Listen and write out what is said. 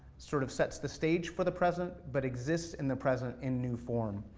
sort of, sets the stage for the present but exists in the present in new form.